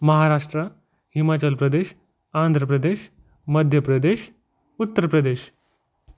Maharashtra Himachal Pradesh Andhra Pradesh Madhya Pradesh Uttar Pradesh